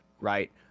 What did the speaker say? right